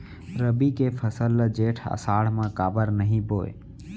रबि के फसल ल जेठ आषाढ़ म काबर नही बोए?